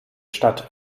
stadt